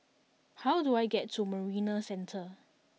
how do I get to Marina Centre